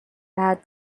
بعد